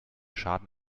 schaden